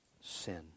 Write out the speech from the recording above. sin